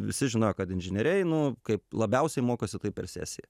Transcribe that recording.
visi žinojo kad inžinieriai nu kaip labiausiai mokosi tai per sesiją